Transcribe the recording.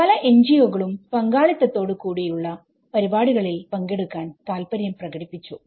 പല NGO കളും പങ്കാളിത്തത്തോട് കൂടിയുള്ള പരിപാടികളിൽ പങ്കെടുക്കാൻ താല്പര്യം പ്രകടിപ്പിച്ചു